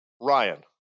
Ryan